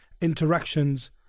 interactions